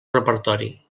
repertori